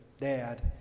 dad